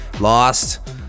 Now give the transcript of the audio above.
lost